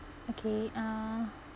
okay uh